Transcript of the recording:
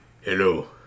hello